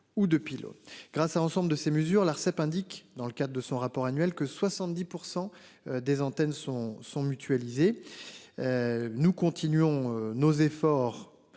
Ou de pilotes grâce à l'ensemble de ces mesures. L'Arcep indique dans le cadre de son rapport annuel que 70% des antennes sont sont mutualisés. Nous continuons nos efforts